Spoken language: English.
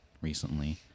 recently